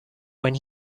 when